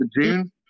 June